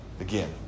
Again